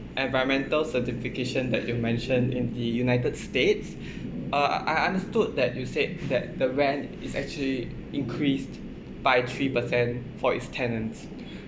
environmental certification that you mentioned in the united states uh I understood that you said that the rent is actually increased by three percent for its tenants